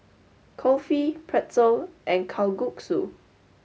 Kulfi Pretzel and Kalguksu